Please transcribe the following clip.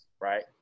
right